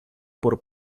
por